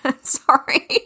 Sorry